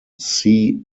see